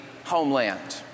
Homeland